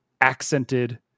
accented